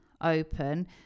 open